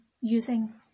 using